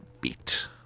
Beat